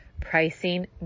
pricing